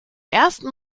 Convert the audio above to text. ersten